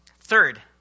Third